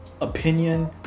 opinion